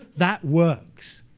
that works.